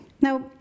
Now